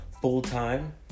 full-time